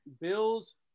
Bills